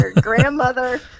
grandmother